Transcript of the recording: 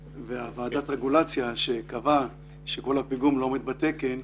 וועדת הרגולציה שקבעה שגודל הפיגום בישראל לא עומד בתקן,